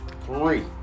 three